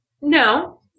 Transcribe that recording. No